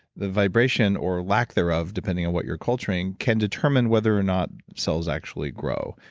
the vibration, or lack thereof, depending on what you're culturing, can determine whether or not cells actually grow.